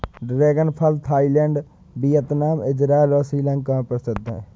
dragon फल Thailand, Vietnam, Israel और श्रीलंका में प्रसिद्ध है